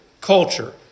culture